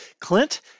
Clint